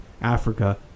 Africa